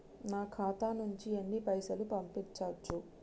నా ఖాతా నుంచి ఎన్ని పైసలు పంపించచ్చు?